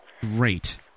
great